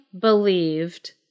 believed